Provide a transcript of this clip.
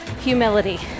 Humility